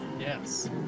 Yes